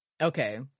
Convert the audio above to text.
okay